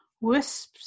Wisps